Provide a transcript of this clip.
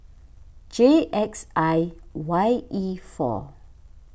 J X I Y E four